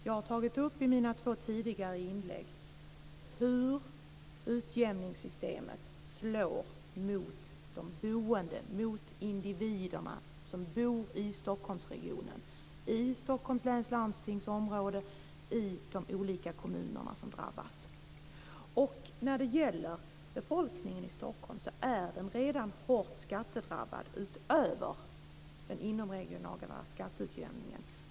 Jag har tagit upp i mina två tidigare inlägg hur utjämningssystemet slår mot de boende, mot individerna som bor i Stockholmsregionen, i Stockholms läns landstings område, i de olika kommuner som drabbas. Befolkningen i Stockholm är redan hårt skattedrabbad utöver den inomregionala skatteutjämningen.